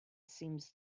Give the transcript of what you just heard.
seems